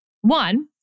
One